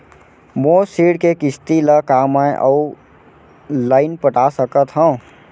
मोर ऋण के किसती ला का मैं अऊ लाइन पटा सकत हव?